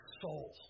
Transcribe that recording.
soul